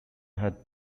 had